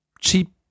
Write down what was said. cheap